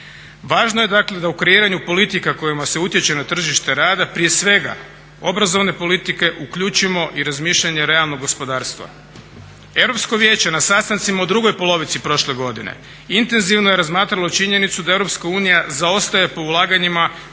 Važno je dakle da u kreiranju politika kojima se utječe na tržište rada prije svega obrazovane politike uključimo i razmišljanja realnog gospodarstva. Europsko vijeće na sastancima u drugoj polovici prošle godine intenzivno je razmatralo činjenicu da Europska unija zaostaje po ulaganjima